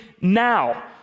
now